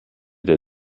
der